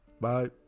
Bye